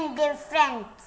different